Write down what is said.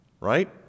Right